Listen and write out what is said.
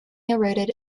eroded